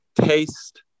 taste